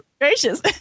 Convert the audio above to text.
gracious